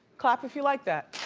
clap if you like that.